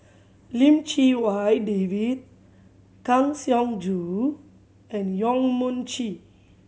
Lim Chee Wai David Kang Siong Joo and Yong Mun Chee